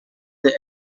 they